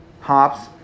hops